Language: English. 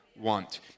want